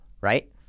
right